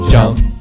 Jump